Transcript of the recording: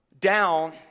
down